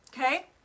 Okay